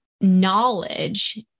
knowledge